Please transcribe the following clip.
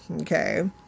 okay